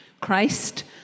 Christ